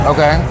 Okay